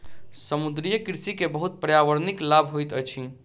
समुद्रीय कृषि के बहुत पर्यावरणिक लाभ होइत अछि